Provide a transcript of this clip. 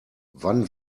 wann